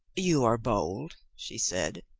you are bold, she said.